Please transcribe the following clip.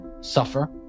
suffer